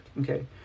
okay